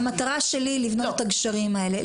המטרה שלי היא לבנות את הגשרים האלה.